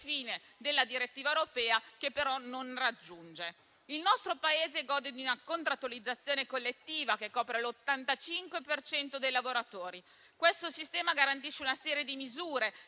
fine della direttiva europea, che però non si raggiunge. Il nostro Paese gode di una contrattualizzazione collettiva che copre l'85 per cento dei lavoratori. Questo sistema garantisce una serie di misure